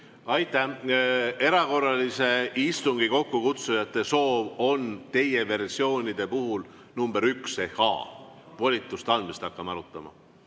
Aitäh! Erakorralise istungi kokkukutsujate soov on teie versioonide puhul number 1 ehk a: volituste andmist hakkame arutama.